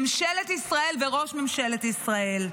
ממשלת ישראל וראש ממשלת ישראל,